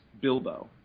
Bilbo